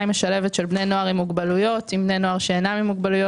משלבת של בני נוער עם מוגבלויות עם בני נוער שאינם עם מוגבלויות,